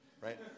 right